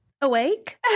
awake